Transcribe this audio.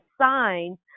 signs